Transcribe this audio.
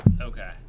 Okay